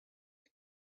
hij